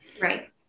Right